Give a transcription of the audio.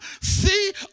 see